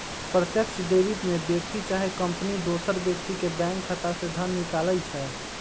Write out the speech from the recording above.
प्रत्यक्ष डेबिट में व्यक्ति चाहे कंपनी दोसर व्यक्ति के बैंक खता से धन निकालइ छै